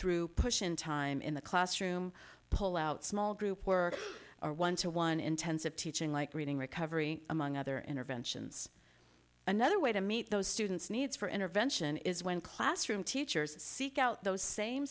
through push in time in the classroom pull out small group work or one to one intensive teaching like reading recovery among other interventions another way to meet those students needs for intervention is when classroom teachers seek out those same